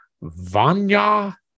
Vanya